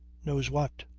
knows what?